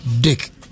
Dick